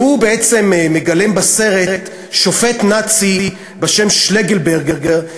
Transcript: שבעצם מגלם בסרט שופט נאצי בשם שלגלברגר,